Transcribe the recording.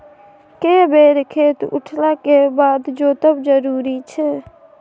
के बेर खेत उठला के बाद जोतब जरूरी छै?